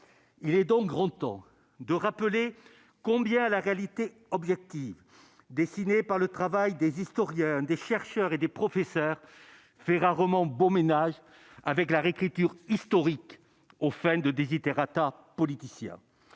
il est donc grand temps de rappeler combien la réalité objective, dessiné par le travail des historiens, des chercheurs et des professeurs fait rarement bon ménage avec la réécriture historique aux fins de desiderata politicien,